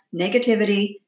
negativity